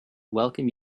welcome